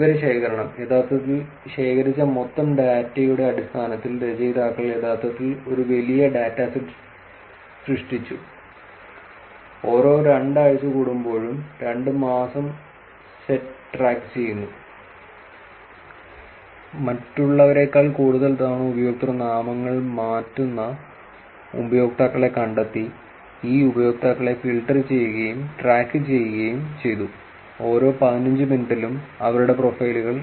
വിവരശേഖരണം യഥാർത്ഥത്തിൽ ശേഖരിച്ച മൊത്തം ഡാറ്റയുടെ അടിസ്ഥാനത്തിൽ രചയിതാക്കൾ യഥാർത്ഥത്തിൽ ഒരു വലിയ ഡാറ്റ സെറ്റ് സൃഷ്ടിച്ചു ഓരോ രണ്ടാഴ്ച കൂടുമ്പോഴും രണ്ട് മാസം സെറ്റ് ട്രാക്കുചെയ്യുന്നു മറ്റുള്ളവരെക്കാൾ കൂടുതൽ തവണ ഉപയോക്തൃനാമങ്ങൾ മാറ്റുന്ന ഉപയോക്താക്കളെ കണ്ടെത്തി ഈ ഉപയോക്താക്കളെ ഫിൽട്ടർ ചെയ്യുകയും ട്രാക്കുചെയ്യുകയും ചെയ്തു ഓരോ 15 മിനിറ്റിലും അവരുടെ പ്രൊഫൈലുകൾ